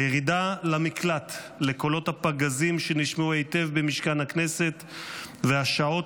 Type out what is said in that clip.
הירידה למקלט לקולות הפגזים שנשמעו היטב במשכן הכנסת והשעות